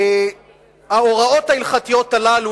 ההוראות ההלכתיות הללו,